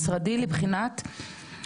כ- 34 מיליון ₪,